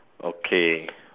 okay